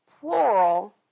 plural